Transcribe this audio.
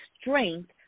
strength